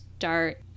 start